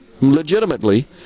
legitimately